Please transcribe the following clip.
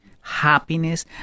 happiness